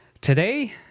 today